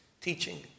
teaching